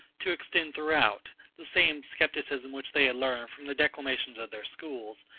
to extend, throughout, the same scepticism which they had learned from the declamations of their schools,